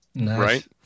right